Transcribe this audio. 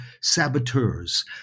saboteurs